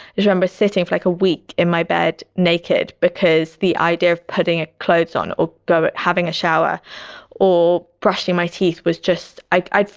remember sitting for like a week in my bed naked because the idea of putting ah clothes on or having a shower or brushing my teeth was just i,